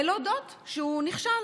להודות שהוא נכשל.